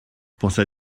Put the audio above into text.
pensa